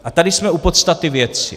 A tady jsme u podstaty věci.